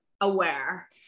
aware